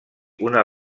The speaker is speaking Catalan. una